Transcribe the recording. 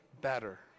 better